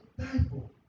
thankful